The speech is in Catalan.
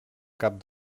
cap